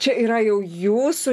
čia yra jau jūsų